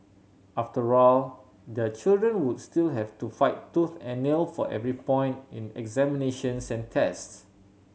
after all their children would still have to fight tooth and nail for every point in examinations and tests